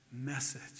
message